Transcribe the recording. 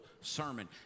sermon